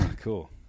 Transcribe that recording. Cool